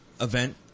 event